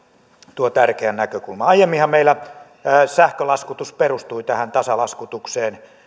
tuo tärkeän näkökulman aiemminhan meillä sähkölaskutus perustui tasalaskutukseen